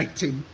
to